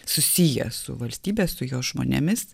susiję su valstybe su jos žmonėmis